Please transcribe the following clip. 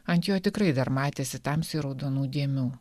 ant jo tikrai dar matėsi tamsiai raudonų dėmių